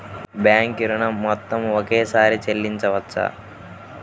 Bank ఋణం మొత్తము ఒకేసారి చెల్లించవచ్చా?